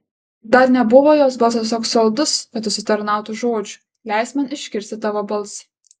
dar nebuvo jos balsas toks saldus kad užsitarnautų žodžių leisk man išgirsti tavo balsą